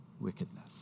wickedness